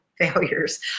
failures